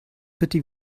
bitte